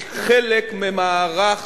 היא חלק ממערך